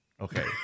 Okay